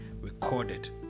recorded